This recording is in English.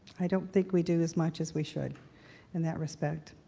i don't think we do as much as we should in that respect.